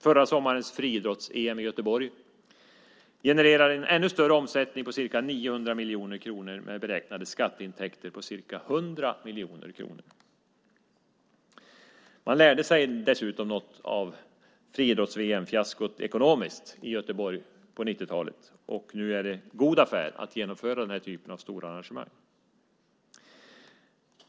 Förra sommarens friidrotts-EM i Göteborg genererade en ännu större omsättning, ca 900 miljoner kronor, och med beräknade skatteintäkter på ca 100 miljoner kronor. Dessutom lärde man sig något av det ekonomiska fiaskot i samband med friidrotts-VM i Göteborg på 90-talet. Nu är det i stället en god affär att genomföra den typen av stora arrangemang.